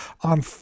on